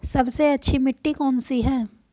सबसे अच्छी मिट्टी कौन सी है?